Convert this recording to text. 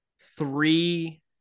three –